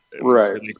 right